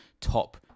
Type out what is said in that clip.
top